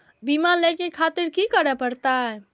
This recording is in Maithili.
बीमा लेके खातिर की करें परतें?